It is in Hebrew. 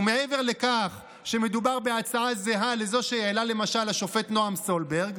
ומעבר לכך שמדובר בהצעה זהה לזו שהעלה למשל השופט נעם סולברג,